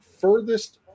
furthest –